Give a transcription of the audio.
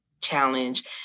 challenge